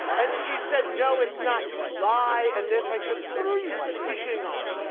and she said, no, it's not. you lie and this i said, what are you speaking of?